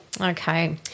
Okay